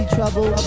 Trouble